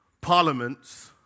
parliaments